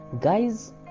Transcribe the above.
Guys